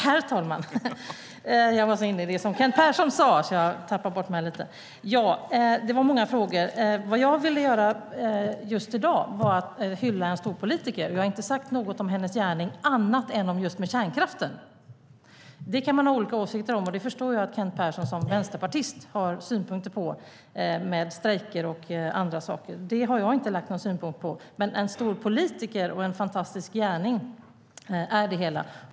Herr talman! Det var många frågor. Vad jag ville göra just i dag var att hylla en stor politiker. Jag har inte sagt något om hennes gärning annat än just när det gäller kärnkraften. Det kan man ha olika åsikter om, och det förstår jag att Kent Persson, som vänsterpartist, har synpunkter på när det gäller strejker och andra saker. Det har jag inte lagt någon synpunkt på. Men en stor politiker var hon, och en fantastisk gärning är det hela.